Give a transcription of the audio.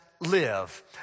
live